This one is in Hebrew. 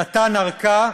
נתן ארכה,